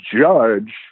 judge